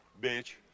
Bitch